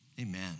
amen